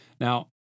Now